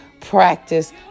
practice